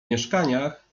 mieszkaniach